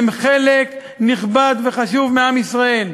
הם חלק נכבד וחשוב מעם ישראל,